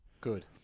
Good